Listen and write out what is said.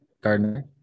gardener